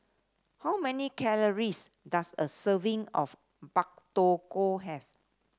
how many calories does a serving of Pak Thong Ko have